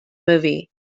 movie